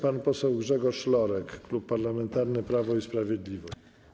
Pan poseł Grzegorz Lorek, Klub Parlamentarny Prawo i Sprawiedliwość.